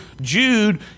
Jude